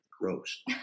gross